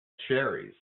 cherries